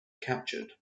captured